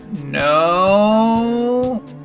no